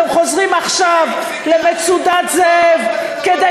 אתם חוזרים עכשיו ל"מצודת זאב" כדי